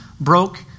broke